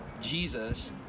Jesus